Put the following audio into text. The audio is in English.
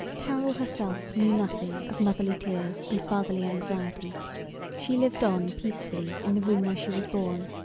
carol herself knew nothing of motherly tears and fatherly anxieties she lived on peacefully in the room where she was born.